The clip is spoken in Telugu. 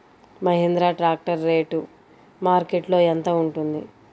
మహేంద్ర ట్రాక్టర్ రేటు మార్కెట్లో యెంత ఉంటుంది?